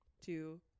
two